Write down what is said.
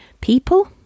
people